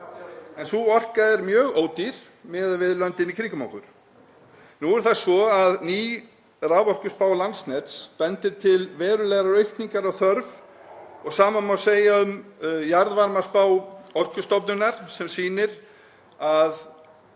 en sú orka er mjög ódýr miðað við löndin í kringum okkur. Nú er það svo að ný raforkuspá Landsnets bendir til verulegrar aukningar á þörf og sama má segja um jarðvarmaspá Orkustofnunar sem sýnir að